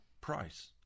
price